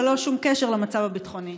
ללא שום קשר למצב הביטחוני?